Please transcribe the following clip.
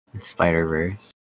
Spider-Verse